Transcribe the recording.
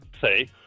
say